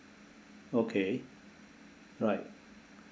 okay right